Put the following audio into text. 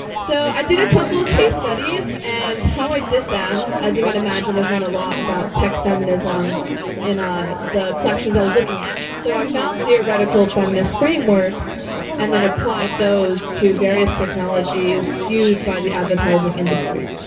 so i did a couple case studies and how i did them, as you might imagine, there's not a lot about tech feminism in ah the collections i was looking at. so i found theoretical feminist frameworks and then applied those to various technologies used by the advertising industry.